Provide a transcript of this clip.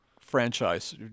franchise